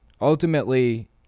Ultimately